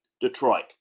Detroit